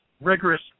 rigorous